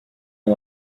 and